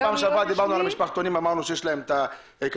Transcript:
פעם שעברה דיברנו על המשפחתונים,